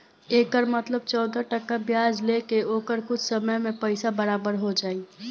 एकर मतलब चौदह टका ब्याज ले के ओकर कुछ समय मे पइसा बराबर हो जाई